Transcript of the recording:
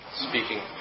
Speaking